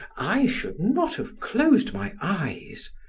i should not have closed my eyes.